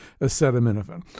acetaminophen